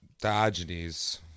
Diogenes